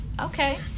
okay